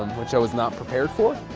which i was not prepared for.